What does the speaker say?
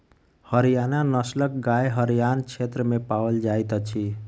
हरयाणा नस्लक गाय हरयाण क्षेत्र में पाओल जाइत अछि